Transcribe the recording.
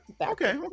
Okay